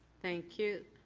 thank you